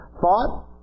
Thought